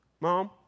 mom